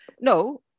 No